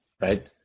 right